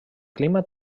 clima